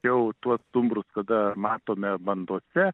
jau tuos stumbrus kada matome bandose